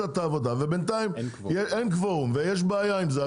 את העבודה ובינתיים אין קבורום ויש בעיה עם זה,